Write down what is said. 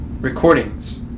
recordings